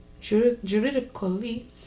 juridically